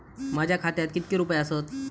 माझ्या खात्यात कितके रुपये आसत?